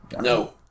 No